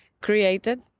created